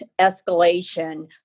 escalation